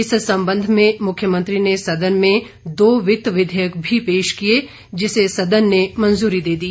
इस संबंध में मुख्यमंत्री ने सदन में दो वित्त विधेयक भी पेश किया जिसे सदन ने मंजूरी दे दी